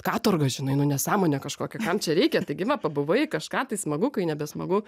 katorga žinai nu nesąmonė kažkokia kam čia reikia taigi va pabuvai kažką tai smagu kai nebesmagu